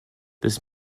this